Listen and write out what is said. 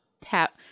tap